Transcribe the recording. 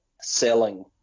selling